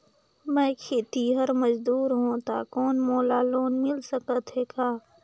मैं खेतिहर मजदूर हों ता कौन मोला लोन मिल सकत हे का?